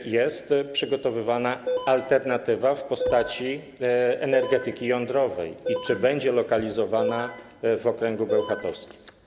Czy jest przygotowywana alternatywa w postaci energetyki jądrowej i czy będzie lokalizowana w okręgu bełchatowskim?